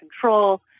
control